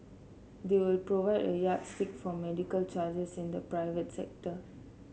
they will provide a yardstick for medical charges in the private sector